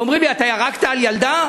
ואומרים לי: אתה ירקת על ילדה?